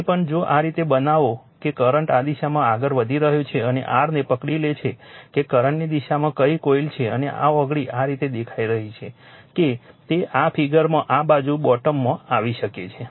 અહીં પણ જો આ રીતે બનાવો કે કરંટ આ દિશામાં આગળ વધી રહ્યો છે અને r ને પકડી લે છે કે કરંટની દિશામાં કઈ કોઇલ છે અને આ આંગળી આ રીતે દેખાઈ રહી છે કે તે આ ફિગરમાં આ બાજુ બોટમમાં આવી શકે છે